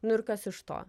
nu ir kas iš to